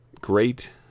great